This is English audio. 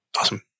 Awesome